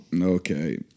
Okay